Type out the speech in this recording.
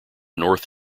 north